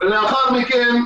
ולאחר מכן,